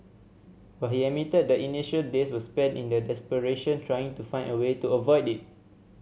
but he admitted the initial days were spent in the desperation trying to find a way to avoid it